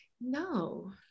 no